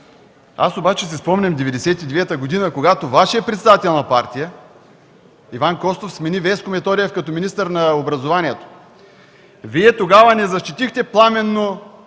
Аз обаче си спомням 1999 г., когато Вашият председател на партия Иван Костов смени Веселин Методиев, като министър на образованието. Тогава Вие не защитихте пламенно